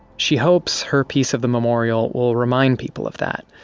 she hopes her piece of the memorial will remind people of that,